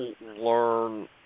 learn